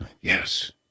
yes